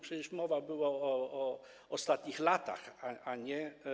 Przecież mowa była o ostatnich latach, a nie.